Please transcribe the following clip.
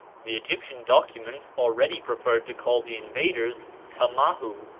the egyptian documents already referred to call the invaders tamahu,